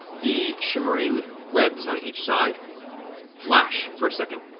the shimmering webs on each side flash for a second,